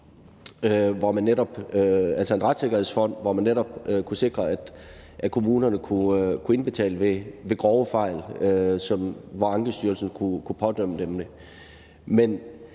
hvor man netop kunne sikre, at kommunerne kunne indbetale ved grove fejl, hvilket Ankestyrelsen kunne dømme dem